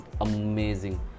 amazing